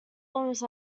almost